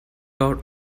out